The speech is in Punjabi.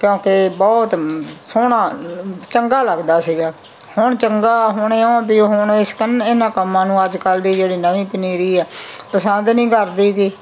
ਕਿਉਂਕਿ ਬਹੁਤ ਸੋਹਣਾ ਚੰਗਾ ਲੱਗਦਾ ਸੀਗਾ ਹੁਣ ਚੰਗਾ ਹੁਣ ਵੀ ਹੁਣ ਇਸ ਕੰਮ ਇਹਨਾਂ ਕੰਮਾਂ ਨੂੰ ਅੱਜ ਕੱਲ੍ਹ ਦੇ ਜਿਹੜੇ ਨਵੀਂ ਪਨੀਰੀ ਆ ਪਸੰਦ ਨਹੀਂ ਕਰਦੀ ਗੀ